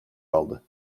aldı